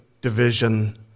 division